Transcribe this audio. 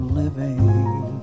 living